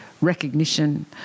recognition